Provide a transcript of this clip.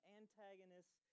antagonists